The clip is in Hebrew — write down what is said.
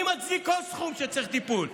אני מצדיק כל סכום שצריך טיפול.